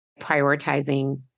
prioritizing